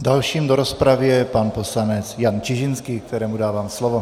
Dalším do rozpravy je pan poslanec Jan Čižinský, kterému dávám slovo.